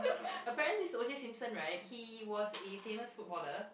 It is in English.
apparently OJ-Simpson right he was a famous footballer